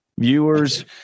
viewers